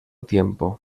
tiempo